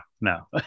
no